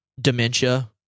dementia